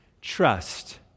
trust